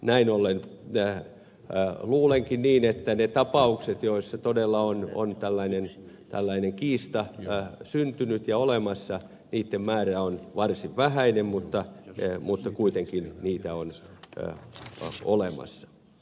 näin ollen luulenkin niin että niitten tapauksien määrä joissa todella on tällainen kiista syntynyt ja olemassa on varsin vähäinen mutta kuitenkin niitä on olemassa